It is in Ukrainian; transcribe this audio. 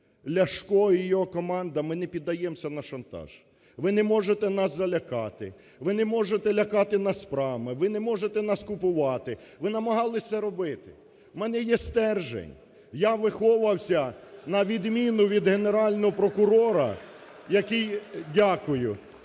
Ляшко і його команда, ми не піддаємося на шантаж. Ви не можете нас залякати, ви не можете лякати нас справами, ви не можете нас купувати, ви намагалися це робити. В мене є стержень, я виховувався, на відміну від Генерального прокурора, який, дякую,